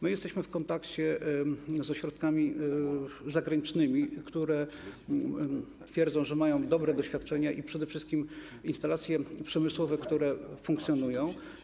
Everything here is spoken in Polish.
My jesteśmy w kontakcie z ośrodkami zagranicznymi, które twierdzą, że mają doświadczenie i przede wszystkim mają instalacje przemysłowe, które funkcjonują.